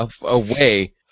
away